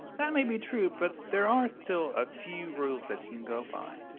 that may be true, but there are still a few rules that you can go by.